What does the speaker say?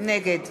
נגד